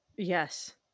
yes